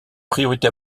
priorité